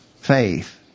faith